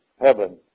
heaven